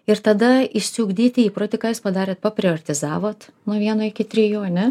ir tada išsiugdyti įprotį ką jūs padarėt papriortizavot nuo vieno iki trijų ane